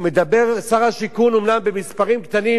שר השיכון אומנם מדבר במספרים קטנים,